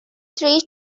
three